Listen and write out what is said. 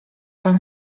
pan